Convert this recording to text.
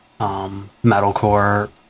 metalcore